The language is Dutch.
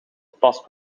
past